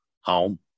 Home